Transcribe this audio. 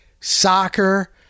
soccer